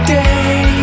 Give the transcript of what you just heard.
day